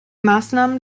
maßnahmen